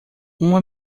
uma